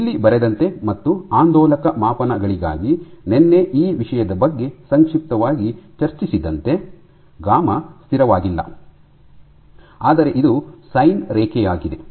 ಇಲ್ಲಿ ಬರೆದಂತೆ ಮತ್ತು ಆಂದೋಲಕ ಮಾಪನಗಳಿಗಾಗಿ ನಿನ್ನೆ ಈ ವಿಷಯದ ಬಗ್ಗೆ ಸಂಕ್ಷಿಪ್ತವಾಗಿ ಚರ್ಚಿಸಿದಂತೆ ಗಾಮಾ ಸ್ಥಿರವಾಗಿಲ್ಲ ಆದರೆ ಇದು ಸೈನ್ ರೇಖೆಯಾಗಿದೆ